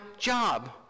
job